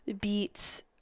beets